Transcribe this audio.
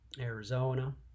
Arizona